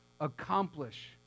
accomplish